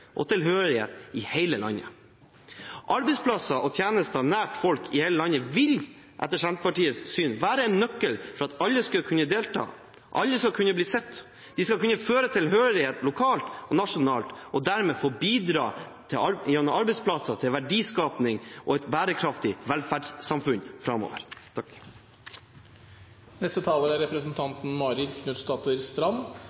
og tilhørighet, i hele landet. Arbeidsplasser og tjenester nær folk i hele landet vil etter Senterpartiets syn være en nøkkel til at alle skal kunne delta, bli sett, føle tilhørighet lokalt og nasjonalt og dermed få bidra gjennom arbeidsplasser til verdiskaping og et bærekraftig velferdssamfunn framover. Når vi prater om rikets tilstand, er